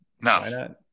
No